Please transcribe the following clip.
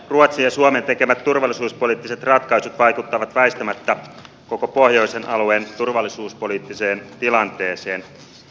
ruotsin ja suomen tekemät turvallisuuspoliittiset ratkaisut vaikuttavat väistämättä koko pohjoisen alueen turvallisuuspoliittiseen tilanteeseen